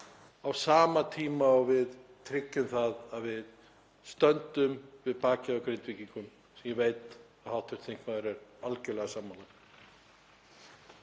á sama tíma og við tryggjum að við stöndum við bakið á Grindvíkingum, sem ég veit að hv. þingmaður er algerlega sammála